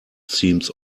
seems